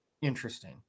Interesting